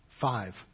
Five